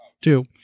two